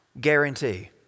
guarantee